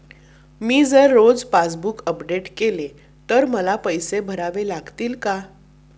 मी जर रोज passbook update केले तर मला पैसे भरावे लागतील का?